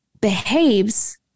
behaves